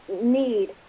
need